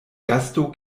gasto